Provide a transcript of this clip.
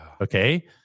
Okay